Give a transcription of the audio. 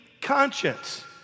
conscience